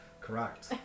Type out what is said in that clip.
Correct